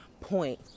point